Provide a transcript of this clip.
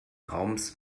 raums